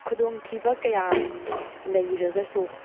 ꯈꯨꯗꯣꯡꯊꯤꯕ ꯀꯌꯥ ꯂꯩꯔꯒꯁꯨ